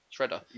shredder